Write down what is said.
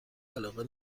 علاقه